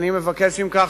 אני מבקש אם כך